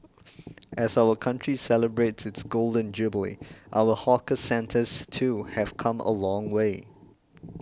as our country celebrates its Golden Jubilee our hawker centres too have come a long way